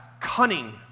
cunning